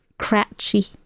Cratchy